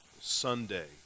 Sunday